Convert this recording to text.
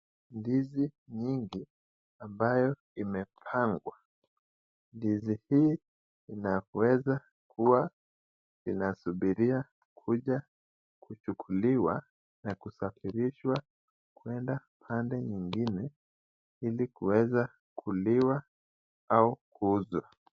Ndizi nyingi ambayo imepangwa. Ndizi hii inaweza kuwa inasubiria kuja kuchukuliwa na kusafirishwa kwenda pande ingine ili kuweza kuliwa au kuuzwa.